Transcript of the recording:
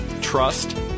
trust